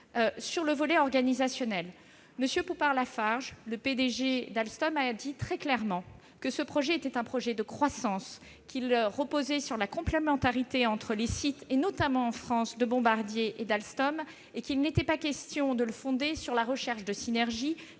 sur le volet organisationnel, M. Poupart-Lafarge, le PDG d'Alstom, a indiqué très clairement que ce projet était un projet de croissance, qu'il reposait sur la complémentarité entre les sites- notamment, en France, de Bombardier et d'Alstom -et qu'il n'était pas question de le fonder sur la « recherche de synergies